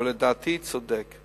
אבל לדעתי זה צודק.